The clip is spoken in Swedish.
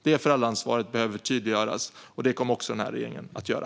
Detta föräldraansvar behöver tydliggöras, och det kommer denna regering också att göra.